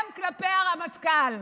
גם כלפי הרמטכ"ל.